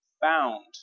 found